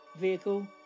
vehicle